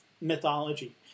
mythology